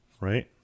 right